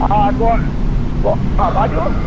आ गो गऽ हाँ बाजू